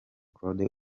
claude